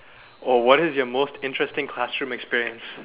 oh what is your most interesting classroom experience